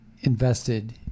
invested